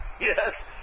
yes